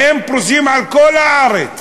והן פרוסות בכל הארץ.